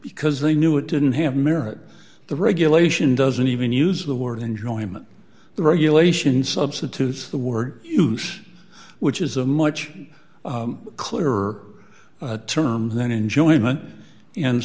because they knew it didn't have merit the regulation doesn't even use the word enjoyment the regulation substitutes the word use which is a much clearer term than enjoyment and